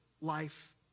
life